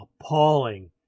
appalling